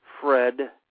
Fred